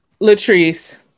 Latrice